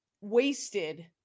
wasted